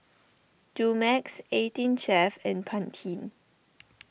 Dumex eighteen Chef and Pantene